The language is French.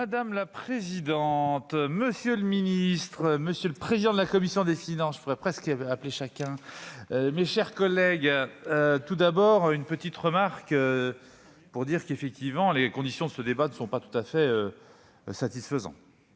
Madame la présidente, monsieur le ministre, monsieur le président de la commission des finances pourrais presque qui avait appelé chacun, mes chers collègues, il y a tout d'abord une petite remarque pour dire qu'effectivement les conditions, ce débat ne sont pas tout à fait satisfaisant,